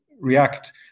react